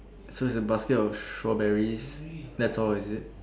so it's a basket of strawberries that's all is it